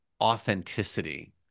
authenticity